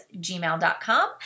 gmail.com